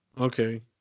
Okay